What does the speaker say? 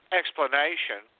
explanation